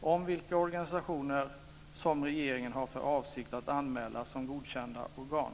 om vilka organisationer som regeringen har för avsikt att anmäla som godkända organ.